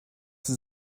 sie